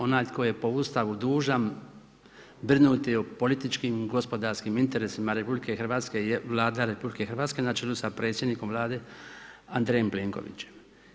Onaj tko je po Ustavu dužan brinuti o političkim i gospodarskim interesima RH je Vlada RH na čelu sa predsjednikom Vlade Andrejem Plenkovićem.